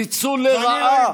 ניצול לרעה.